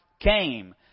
came